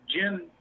Jim